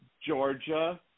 Georgia